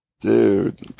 dude